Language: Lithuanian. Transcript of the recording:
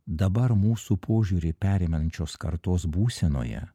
dabar mūsų požiūrį pereinančios kartos būsenoje